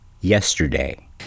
yesterday